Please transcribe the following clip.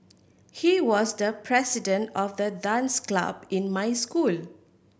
he was the president of the dance club in my school